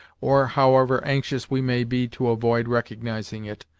or however anxious we may be to avoid recognising it.